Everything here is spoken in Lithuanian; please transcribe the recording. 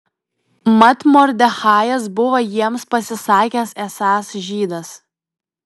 mat mordechajas buvo jiems pasisakęs esąs žydas